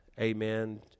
amen